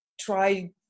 try